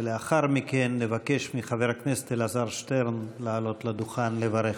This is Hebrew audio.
ולאחר מכן נבקש מחבר הכנסת אלעזר שטרן לעלות לדוכן לברך.